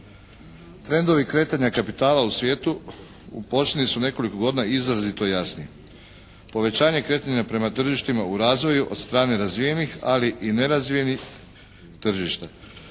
Trendovi kretanja kapitala u svijetu u posljednjih su nekoliko godina izrazito jasni. Povećanje kretanja prema tržištima u razvoju od strane razvijenih ali i nerazvijenih tržišta.